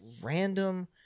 random